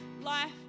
life